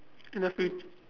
in the fut~